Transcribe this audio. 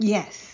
Yes